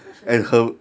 such a